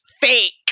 fake